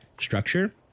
structure